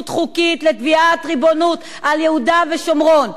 חוקית לתביעת ריבונות על יהודה ושומרון,